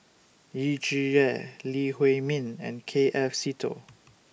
Yu Zhuye Lee Huei Min and K F Seetoh